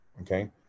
okay